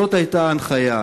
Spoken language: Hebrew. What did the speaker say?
זאת הייתה ההנחיה.